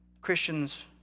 Christians